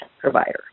provider